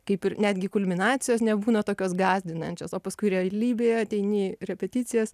kaip ir netgi kulminacijos nebūna tokios gąsdinančios o paskui realybėje ateini į repeticijas